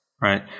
right